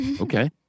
Okay